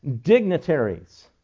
dignitaries